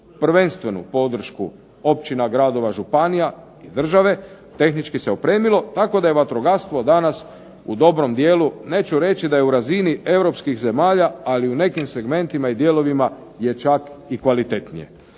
prvenstvenu podršku općina, gradova, županija i države tehnički se opremilo tako da je vatrogastvo danas u dobro dijelu, neću reći da je u razini europskih zemalja, ali u nekim segmentima i dijelovima je čak i kvalitetnije.